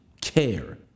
care